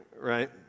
right